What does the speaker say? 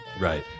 Right